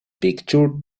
picture